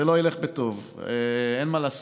זה לא ילך בטוב, אין מה לעשות.